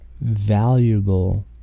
valuable